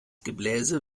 gebläse